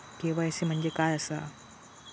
KYC म्हणजे काय आसा?